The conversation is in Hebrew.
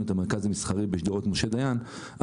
את המרכז המסחרי בשדרות משה דיין,